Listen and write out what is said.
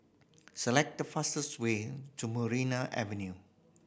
select the fastest way to Maria Avenue